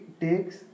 takes